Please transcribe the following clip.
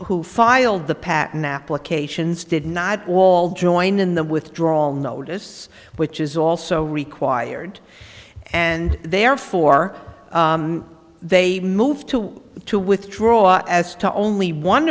who filed the patent applications did not all join in the withdrawal notice which is also required and therefore they move to to withdraw as to only one